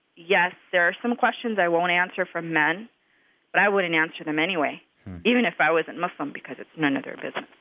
yes, there are some questions i won't answer from men, but i wouldn't answer them anyway even if i wasn't muslim, because it's none of their business